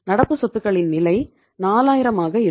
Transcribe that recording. நடப்பு சொத்துகளின் நிலை 4000 ஆக இருக்கும்